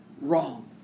wrong